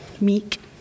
meek